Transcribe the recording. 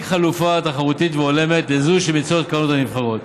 חלופה תחרותית הולמת לזו שמציעות הקרנות הנבחרות.